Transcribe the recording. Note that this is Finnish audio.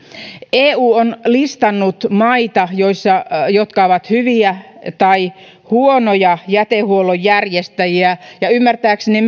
eu on listannut maita jotka ovat hyviä tai huonoja jätehuollon järjestäjiä ja ymmärtääkseni